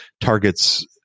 Target's